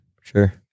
sure